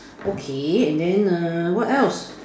okay and then err what else